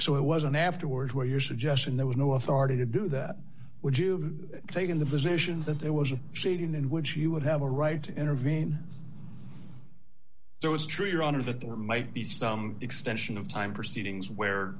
so it was an afterwards where you're suggesting there was no authority to do that would you taken the position that there was a seating in which you would have a right to intervene there was true your honor that there might be some extension of time proceedings where